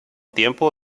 tiempo